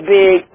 big